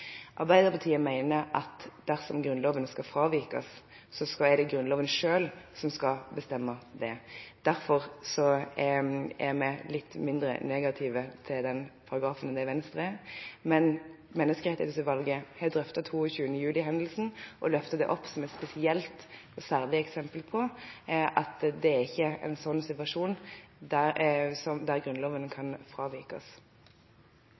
Arbeiderpartiet mener at dersom Grunnloven skal fravikes, er det Grunnloven selv som skal bestemme det. Derfor er vi litt mindre negative til den paragrafen enn det Venstre er, men Menneskerettighetsutvalget har drøftet 22. juli-hendelsen og løftet den opp som et spesielt og særlig eksempel på at det ikke er en slik situasjon der